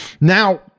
Now